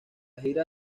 gira